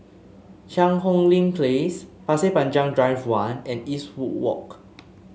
Cheang Hong Lim Place Pasir Panjang Drive One and Eastwood Walk